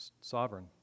sovereign